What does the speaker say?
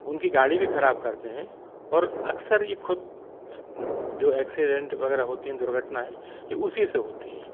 उनकी गाड़ी भी खराब करते हैं और अक्सर से खुद जो एक्सीडेंट वगैरह होती हैं दुर्घटनाएं ये उसी से होती हैं